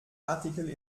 artikel